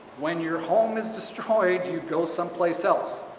when your home is destroyed you go someplace else.